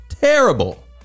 Terrible